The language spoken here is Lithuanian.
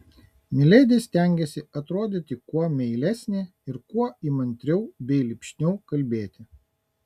miledi stengėsi atrodyti kuo meilesnė ir kuo įmantriau bei lipšniau kalbėti